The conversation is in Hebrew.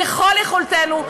ככל יכולתנו,